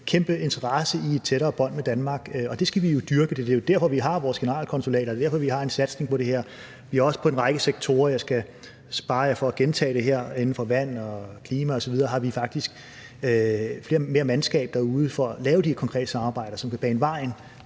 kæmpe interesse for et tættere bånd til Danmark, og det skal vi jo dyrke. Det er derfor, vi har vores generalkonsulater. Det er derfor, at vi har en satsning på det her. Vi har også inden for en række sektorer – jeg skal spare jer for at gentage det her – f.eks. inden for vand og klima osv., faktisk mere mandskab derude for at lave de her konkrete samarbejder, som vil bane vejen